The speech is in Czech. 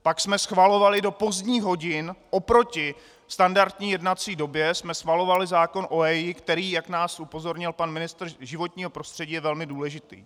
Pak jsme schvalovali do pozdních hodin, oproti standardní jednací době, schvalovali zákon o EIA, který, jak nás upozornil pan ministr životního prostředí, je velmi důležitý.